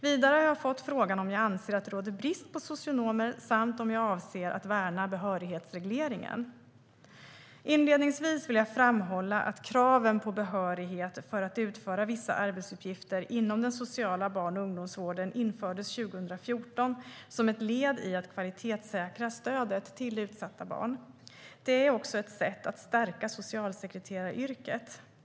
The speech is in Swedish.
Vidare har jag fått frågan om jag anser att det råder brist på socionomer samt om jag avser att värna behörighetsregleringen. Inledningsvis vill jag framhålla att kraven på behörighet för att utföra vissa arbetsuppgifter inom den sociala barn och ungdomsvården infördes 2014 som ett led i att kvalitetssäkra stödet till utsatta barn. Det är också ett sätt att stärka socialsekreteraryrket.